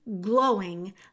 glowing